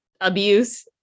abuse